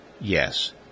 yes